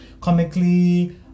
comically